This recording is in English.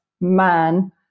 man